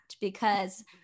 because-